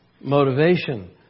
motivation